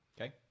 Okay